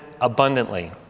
abundantly